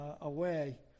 away